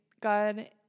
God